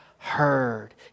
Heard